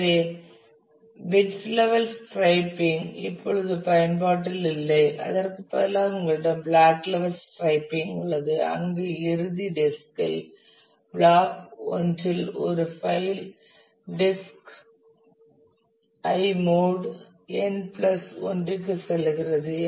எனவே bits levels striping இப்போது பயன்பாட்டில் இல்லை அதற்கு பதிலாக உங்களிடம் பிளாக் லெவல் ஸ்ட்ரைப்பிங் உள்ளது அங்கு இறுதி டிஸ்க் இல் பிளாக் I இல் ஒரு file disk i mod n plus 1 க்கு செல்கிறது